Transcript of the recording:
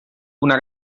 una